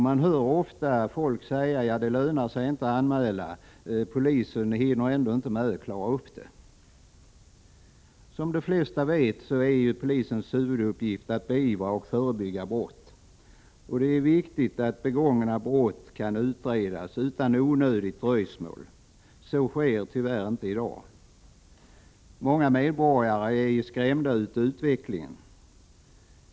Man hör ofta folk säga att det inte lönar sig att anmäla brott — polisen hinner ändå inte klara upp dem. Som de flesta vet är polisens huvuduppgift att beivra och förebygga brott. Det är viktigt att begångna brott kan utredas utan onödigt dröjsmål. Så sker tyvärr inte i dag. Många medborgare är skrämda av utvecklingen.